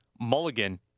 Mulligan